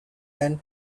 and